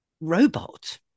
robot